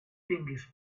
tinguis